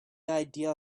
idea